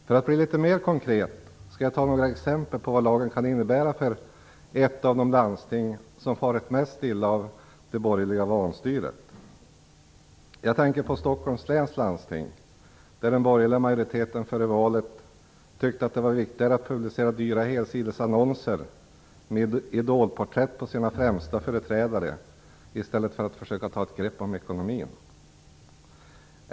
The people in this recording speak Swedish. För att konkretisera skall jag ta några exempel på vad lagen kan innebära för ett av de landsting som farit mest illa av det borgerliga vanstyret. Jag tänker då på Stockholm läns landsting, där den borgerliga majoriteten före valet tyckte att det var viktigare att publicera dyra helsidesannonser med idolporträtt på sina främsta företrädare än att försöka ta ett grepp om ekonomin.